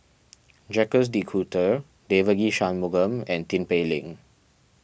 Jacques De Coutre Devagi Sanmugam and Tin Pei Ling